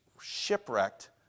shipwrecked